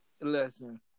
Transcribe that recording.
Listen